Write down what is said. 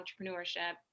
entrepreneurship